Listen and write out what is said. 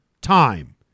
time